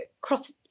cross